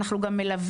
אנחנו גם מלווים